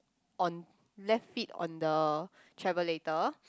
on left feet on the travelator